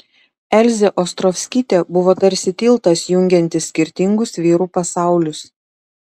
elzė ostrovskytė buvo tarsi tiltas jungiantis skirtingus vyrų pasaulius